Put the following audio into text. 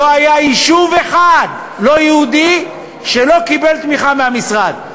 לא היה יישוב אחד לא יהודי שלא קיבל תמיכה מהמשרד.